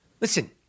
Listen